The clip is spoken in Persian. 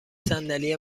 صندلی